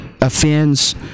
offends